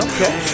Okay